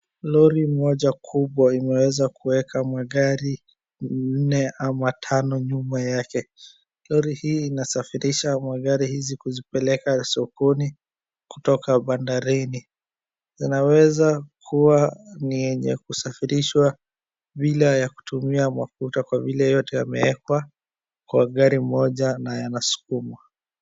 Lori moja kubwa imeweza kuweka magari minne ama tano nyuma yake. Lori hii inasafirisha magari hizi kuzipeleka sokoni kutoka bandarini. Zinaweza kuwa ni yenye kusafirishwa bila ya kutumia mafuta kwa vile yote yameekwa kwa gari moja na yanasukumwa.